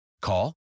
Call